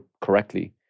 correctly